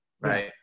Right